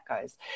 goes